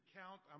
count